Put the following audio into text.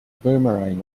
boomerang